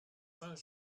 saint